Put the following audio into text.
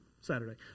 Saturday